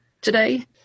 today